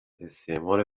استعمار